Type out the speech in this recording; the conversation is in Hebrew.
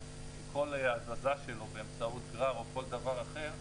כי כל הזזה שלו באמצעות גרר או דבר אחר,